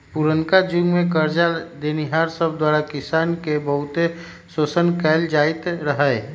पुरनका जुग में करजा देनिहार सब द्वारा किसान के बहुते शोषण कएल जाइत रहै